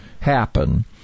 happen